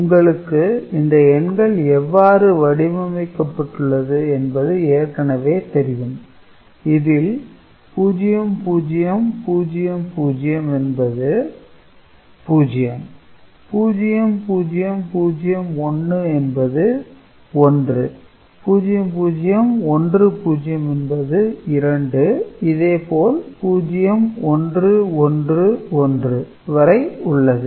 உங்களுக்கு இந்த எண்கள் எவ்வாறு வடிவமைக்கப்பட்டுள்ளது என்பது ஏற்கனவே தெரியும் இதில் 0000 என்பது 0 0001 என்பது 1 0010 என்பது 2 இதேபோல் 0111 வரை உள்ளது